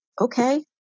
Okay